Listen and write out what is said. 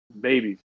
babies